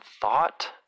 thought